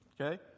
okay